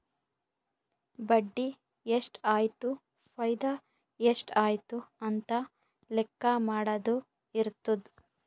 ಬಡ್ಡಿ ಎಷ್ಟ್ ಆಯ್ತು ಫೈದಾ ಎಷ್ಟ್ ಆಯ್ತು ಅಂತ ಲೆಕ್ಕಾ ಮಾಡದು ಇರ್ತುದ್